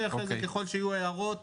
כלומר כמה עולה למחלבה